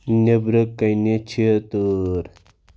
نٮ۪برٕ کَنہِ چھِ تۭر